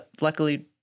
luckily